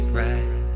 right